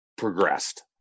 progressed